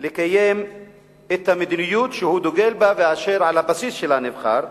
לקיים את המדיניות שהוא דוגל בה ואשר על הבסיס שלה נבחר,